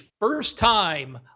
first-time